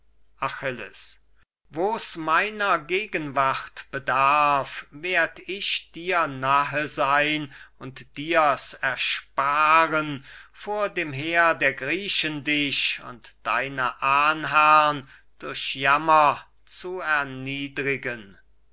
achilles wo's meiner gegenwart bedarf werd ich dir nahe sein und dir's ersparen vor dem heer der griechen dich und deine ahnherrn durch jammer zu erniedrigen